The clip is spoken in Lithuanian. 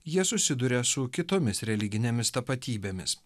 jie susiduria su kitomis religinėmis tapatybėmis